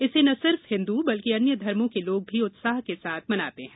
इसे न सिर्फ हिन्दू बल्कि अन्य धर्मों के लोग भी उत्साह के साथ मनाते हैं